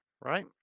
Right